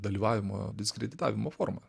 dalyvavimo diskreditavimo forma